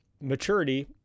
maturity